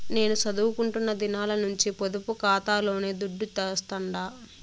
నేను సదువుకుంటున్న దినాల నుంచి పొదుపు కాతాలోనే దుడ్డు దాస్తండా